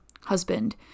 husband